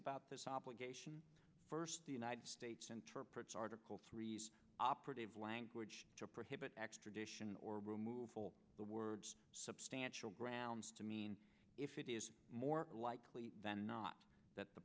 about this obligation first the united states interprets article three operative language to prohibit extradition or removal the words substantial grounds to mean if it is more likely than not that the